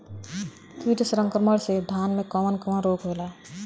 कीट संक्रमण से धान में कवन कवन रोग होला?